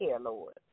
Lord